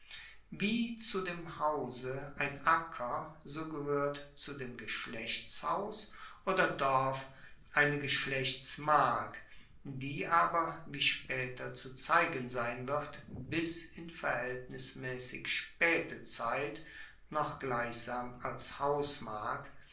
wie zu dem hause ein acker so gehoert zu dem geschlechtshaus oder dorf eine geschlechtsmark die aber wie spaeter zu zeigen sein wird bis in verhaeltnismaessig spaete zeit noch gleichsam als hausmark